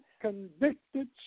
convicted